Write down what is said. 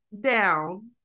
down